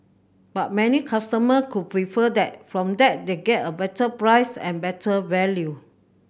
but many customer could prefer that from that they get a better price and better value